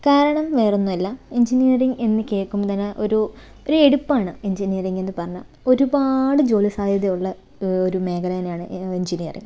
കാരണം വേറൊന്നുമല്ല എൻജിനീയറിങ് എന്ന് കേൾക്കുമ്പോൾ തന്നെ ഒരു ഒരു എടുപ്പാണ് എൻജിനീയറിങ് എന്ന് പറഞ്ഞാൽ ഒരുപാട് ജോലി സാധ്യതയുള്ള ഒരു മേഖല തന്നെയാണ് എൻജിനീയറിങ്